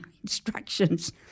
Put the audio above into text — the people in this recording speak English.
instructions